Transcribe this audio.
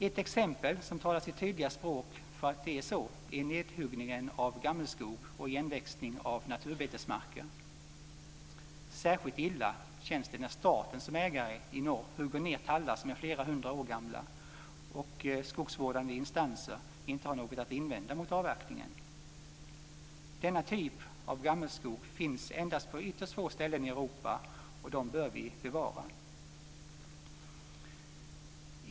Ett exempel som tydligt talar för att det är så är nedhuggningen av gammelskog och igenväxandet av naturbetesmarker. Särskilt illa känns det när staten som ägare i norr hugger ned tallar som är flera hundra år gamla och skogsvårdande instanser inte har något att invända mot avverkningen. Denna typ av gammelskog finns på endast ytterst få ställen i Europa, och den bör vi bevara.